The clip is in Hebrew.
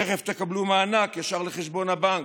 תכף תקבלו מענק ישר לחשבון הבנק.